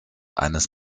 eines